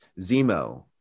Zemo